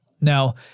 Now